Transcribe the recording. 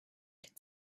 could